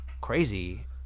crazy